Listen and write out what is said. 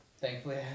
Thankfully